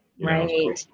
Right